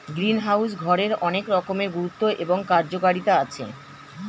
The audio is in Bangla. গ্রিনহাউস ঘরের অনেক রকমের গুরুত্ব এবং কার্যকারিতা আছে